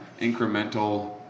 incremental